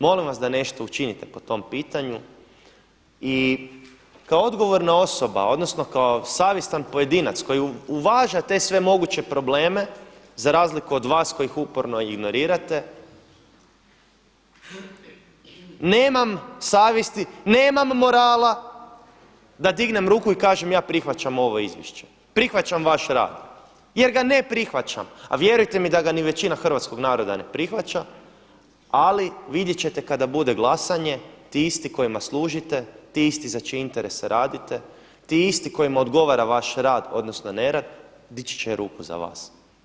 Molim vas da nešto učinite po tom pitanju i kao odgovorna osoba odnosno kao savjestan pojedinac koji uvaža te sve moguće probleme za razliku od vas koji ih uporno ignorirate nemam savjesti, nemam morala da dignem ruku i kažem ja prihvaćam ovo izvješće, prihvaćam vaš rad jer ga ne prihvaćam, a vjerujte mi da ga ni većina hrvatskog naroda ne prihvaća ali vidjet ćete kada bude glasanje ti isti kojima služite, ti isti za čiji interes radite, ti isti kojima odgovara vaš rad odnosno nerad dići će ruku za vas.